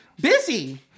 Busy